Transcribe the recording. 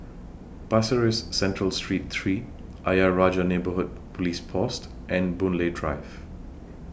Pasir Ris Central Street three Ayer Rajah Neighbourhood Police Post and Boon Lay Drive